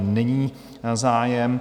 Není zájem.